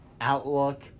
Outlook